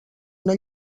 una